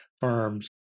firms